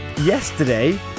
yesterday